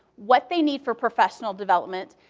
what they need for professional development,